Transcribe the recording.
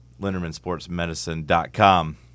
LindermanSportsMedicine.com